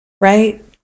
right